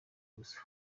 gusa